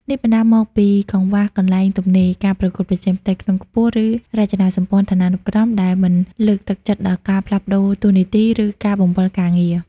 នេះបណ្តាលមកពីកង្វះកន្លែងទំនេរ ការប្រកួតប្រជែងផ្ទៃក្នុងខ្ពស់ ឬរចនាសម្ព័ន្ធឋានានុក្រមដែលមិនលើកទឹកចិត្តដល់ការផ្លាស់ប្តូរតួនាទី ឬការបង្វិលការងារ។